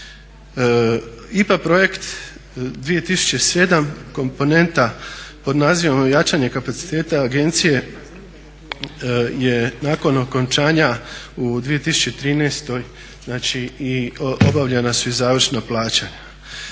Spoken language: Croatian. IPA projekta 2007 komponenta pod nazivom Jačanje kapaciteta agencije je nakon okončanja u 2013. znači obavljena su i završna plaćanja.